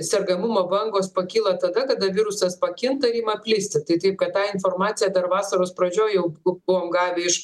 sergamumo bangos pakyla tada kada virusas pakinta ir ima plisti tai taip kad taj informacija dar vasaros pradžioje jau buvom gavę iš